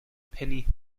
penny